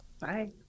Bye